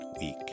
week